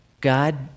God